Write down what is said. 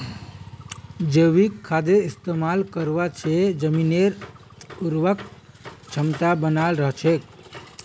जैविक खादेर इस्तमाल करवा से जमीनेर उर्वरक क्षमता बनाल रह छेक